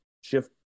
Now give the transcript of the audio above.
shift